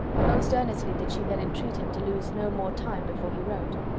most earnestly did she then entreat him to lose no more time before he wrote.